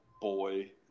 boy